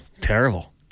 Terrible